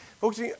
Folks